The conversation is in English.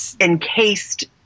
encased